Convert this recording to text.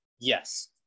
Yes